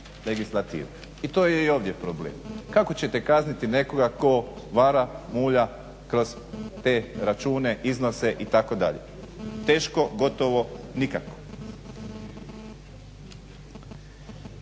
I to je i ovdje problem. Kako ćete kazniti nekoga tko vara, mulja, kroz te račune, iznose itd. teško, gotovo nikako.